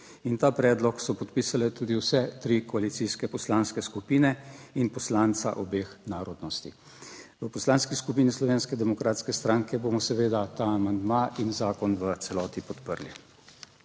in ta predlog so podpisale tudi vse tri koalicijske poslanske skupine in poslanca obeh narodnosti. V Poslanski skupini Slovenske demokratske stranke bomo seveda ta amandma in zakon v celoti podprli.